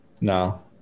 no